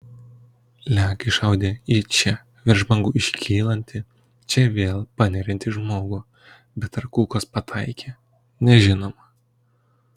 lenkai šaudę į čia virš bangų iškylantį čia vėl paneriantį žmogų bet ar kulkos pataikė nežinoma